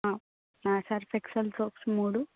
Surf Excel soaps మూడు